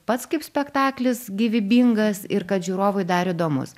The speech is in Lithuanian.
pats kaip spektaklis gyvybingas ir kad žiūrovui dar įdomus